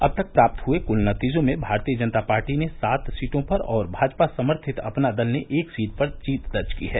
अब तक प्राप्त हुये कुल नतीजों में भारतीय जनता पार्टी ने सात सीटों पर और भाजपा समर्थित अपना दल ने एक सीट पर जीत दर्ज की है